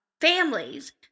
families